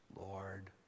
Lord